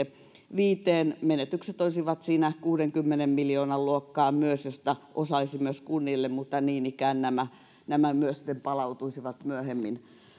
viiteen menetykset olisivat siinä kuudenkymmenen miljoonan luokkaa myös josta osa olisi myös kunnille mutta niin ikään nämä nämä myös palautuisivat myöhemmin